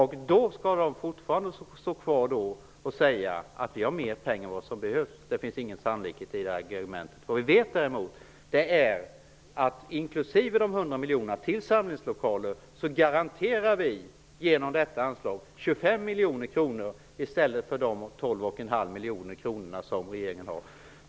Då skulle man alltså fortfarande säga att man har mer pengar än vad som behövs. Det finns ingen sannolikhet i det argumentet. Vad vi däremot vet är att inkl. de 100 miljonerna till samlingslokaler garanterar vi genom detta anslag 25 miljoner kronor i stället för de 12,5 miljoner som regeringen har.